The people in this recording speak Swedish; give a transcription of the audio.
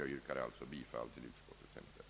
Jag yrkar alltså bifall till utskottets hemställan.